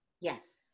Yes